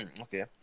okay